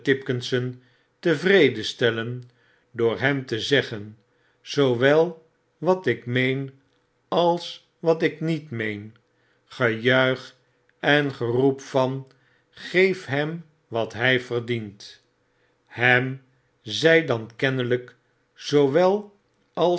tipkisson tevreden stellen door hem te zeggen zoowel wat ik meen als wat ik niet meen gejuichen geroep van geef hem wat hg verdient hem zg dan kennelijk zoowel als